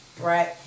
right